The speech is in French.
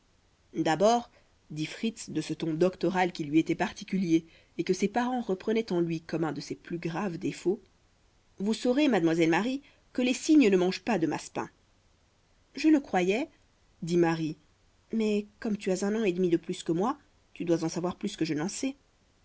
d'abord dit fritz de ce ton doctoral qui lui était particulier et que ses parents reprenaient en lui comme un de ses plus graves défauts vous saurez mademoiselle marie que les cygnes ne mangent pas de massepains je le croyais dit marie mais comme tu as un an et demi de plus que moi tu dois en savoir plus que je